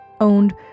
owned